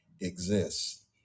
exists